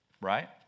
Right